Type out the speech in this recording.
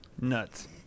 nuts